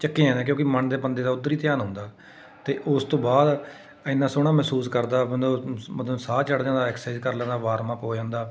ਚੱਕੀਆਂ ਨੇ ਕਿਉਂਕਿ ਮਨ ਦੇ ਬੰਦੇ ਦਾ ਉੱਧਰ ਹੀ ਧਿਆਨ ਆਉਂਦਾ ਅਤੇ ਉਸ ਤੋਂ ਬਾਅਦ ਐਨਾ ਸੋਹਣਾ ਮਹਿਸੂਸ ਕਰਦਾ ਬੰਦੇ ਨੂੰ ਸਾਹ ਚੜ੍ਹ ਜਾਂਦਾ ਐਕਸਾਈਜ਼ ਕਰ ਲੈਂਦਾ ਵਾਰਮ ਅੱਪ ਹੋ ਜਾਂਦਾ